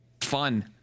fun